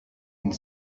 une